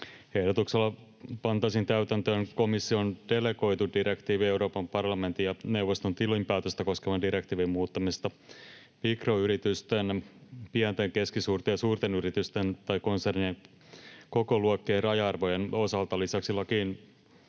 Ehdotuksella pantaisiin täytäntöön komission delegoitu direktiivi Euroopan parlamentin ja neuvoston tilinpäätöstä koskevan direktiivin muuttamisesta mikroyritysten, pienten, keskisuurten ja suurten yritysten tai konsernien kokoluokkien raja-arvojen osalta. Lisäksi lakiin